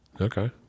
Okay